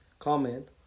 comment